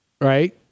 Right